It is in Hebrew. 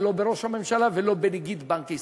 ולא בראש הממשלה ולא בנגיד בנק ישראל.